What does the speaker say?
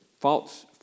False